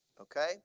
Okay